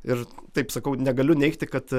ir taip sakau negaliu neigti kad